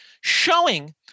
showing